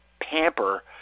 pamper